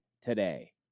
today